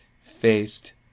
faced